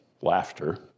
laughter